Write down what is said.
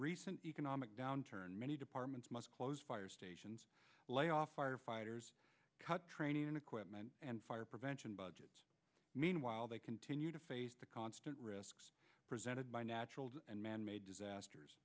recent economic downturn many departments must close fire stations lay off firefighters cut training equipment and fire prevention budgets meanwhile they continue to face the constant risk presented by natural and manmade disasters